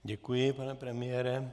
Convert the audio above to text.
Děkuji, pane premiére.